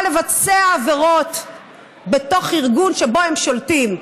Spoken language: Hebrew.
לבצע עבירות בתוך ארגון שבו הם שולטים.